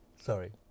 Sorry